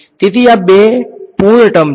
તેથી આ બે પૂર્ણ ટર્મ છે